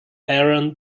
aaron